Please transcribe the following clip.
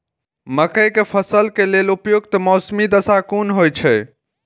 मके के फसल के लेल उपयुक्त मौसमी दशा कुन होए छै?